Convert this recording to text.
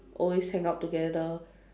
always hang out together